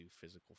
physical